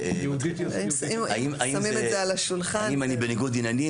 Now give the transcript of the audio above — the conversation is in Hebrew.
אם שמים את זה על השולחן --- אם אני בניגוד עניינים,